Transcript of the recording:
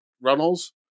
runnels